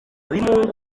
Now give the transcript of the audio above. bimunga